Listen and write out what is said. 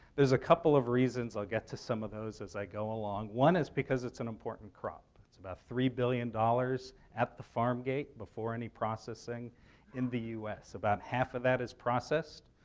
there's a couple of reasons. i'll get to some of those as i go along. one is because it's an important crop. it's about three billion dollars at the farm gate before any processing in the us. about half of that is processed,